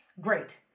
Great